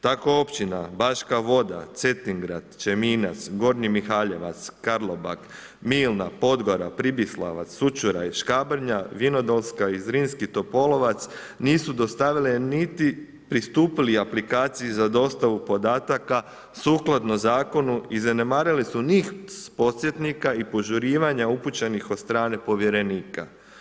Tako Općina Baška Voda, Cetingrad, Čeminac, Gornji Mihaljevac, Karlobag, Milna, Podgora, Pribislavac, Sućuraj, Škabrnja, Vinodolska i Zrinski Topolovac nisu dostavile niti pristupili aplikaciji za dostavu podataka sukladno zakonu i zanemarili su niz podsjetnika i požurivanja upućenih od strane povjerenika.